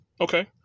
Okay